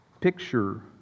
Picture